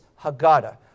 Haggadah